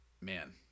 Man